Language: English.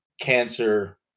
Cancer